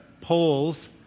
polls